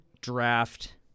draft